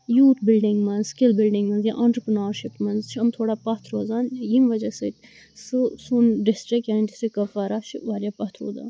youth building منٛز skill building منٛز یا آنٹرپرنرشِپ منٛز چھ یِم تھوڑا پَتھ روزان ییٚمہِ وَجہ سۭتۍ سُہ سون ڈِسٹرک یعنی ڈِسٹرک کپوارا چھُ واریاہ پَتھ روزان